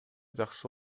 жакшы